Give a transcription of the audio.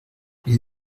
ils